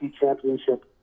Championship